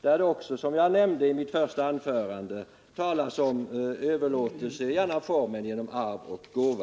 Där talas också om, som jag nämnde i mitt första anförande, överlåtelse i annan form än genom arv och gåva.